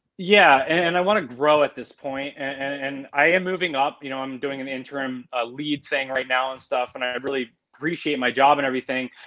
yeah. and i wanna grow at this point and i am moving up, you know i'm doing an interim ah lead thing right now and stuff and i i really appreciate my job and everything,